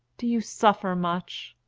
do you suffer much?